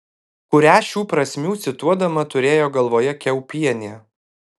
kurią šių prasmių cituodama turėjo galvoje kiaupienė